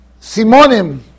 simonim